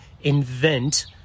invent